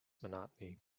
monotony